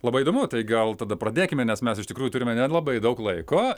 labai įdomu tai gal tada pradėkime nes mes iš tikrųjų turime nelabai daug laiko